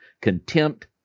contempt